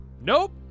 Nope